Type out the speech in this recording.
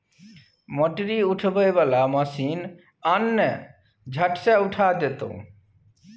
मोटरी उठबै बला मशीन आन ने झट सँ उठा देतौ